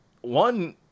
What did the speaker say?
One